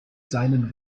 seinen